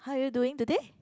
how are you doing today